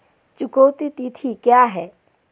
चुकौती तिथि क्या है?